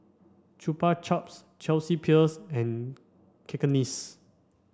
Chupa Chups Chelsea Peers and Cakenis